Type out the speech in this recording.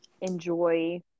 enjoy